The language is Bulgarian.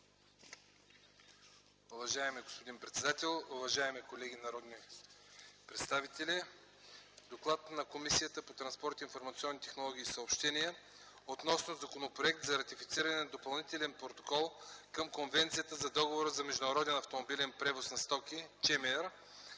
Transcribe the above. Уважаеми господин председател, уважаеми колеги народни представители! „ДОКЛАД на Комисията по транспорт, информационни технологии и съобщения относно Законопроект за ратифициране на Допълнителен протокол към Конвенцията за договора за международен автомобилен превоз на стоки (СМR)